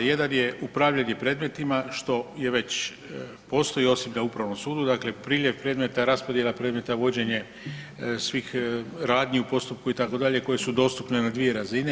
Jedan je upravljanje predmetima, što i već postoji osim na upravnom sudu, dakle priljev predmeta, raspodjela predmeta, vođenje svih radnji u postupku itd., koje su dostupne na dvije razine.